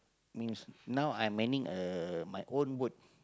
means now I am manning uh my own boat